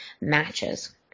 matches